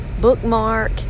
bookmark